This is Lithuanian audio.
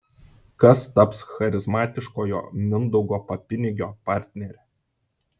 kas taps charizmatiškojo mindaugo papinigio partnere